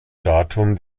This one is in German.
datum